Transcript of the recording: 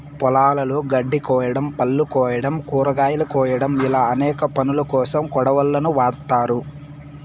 పొలాలలో గడ్డి కోయడం, పళ్ళు కోయడం, కూరగాయలు కోయడం ఇలా అనేక పనులకోసం కొడవళ్ళను వాడ్తారు